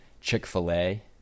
Chick-fil-A